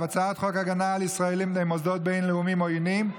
הצעת חוק הגנה על ישראלים מפני מוסדות בין-לאומיים עוינים,